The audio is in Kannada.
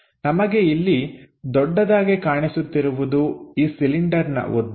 ನಮಗೆ ಇಲ್ಲಿ ದೊಡ್ಡದಾಗಿ ಕಾಣಿಸುತ್ತಿರುವುದು ಈ ಸಿಲಿಂಡರ್ನ ಉದ್ದ